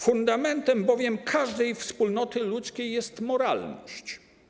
Fundamentem bowiem każdej wspólnoty ludzkiej jest moralność.